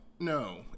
No